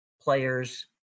players